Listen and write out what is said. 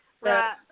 Right